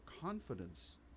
confidence